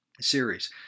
series